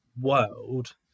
world